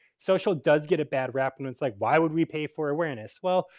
social does get a bad rep and it's like, why would we pay for awareness? well,